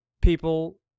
people